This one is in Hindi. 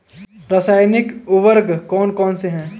रासायनिक उर्वरक कौन कौनसे हैं?